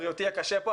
הבריאותי הקשה פה,